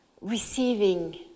receiving